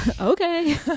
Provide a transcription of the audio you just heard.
Okay